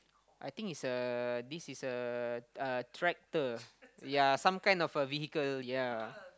I think it's a this is a a tractor yea some kind of a vehicle yea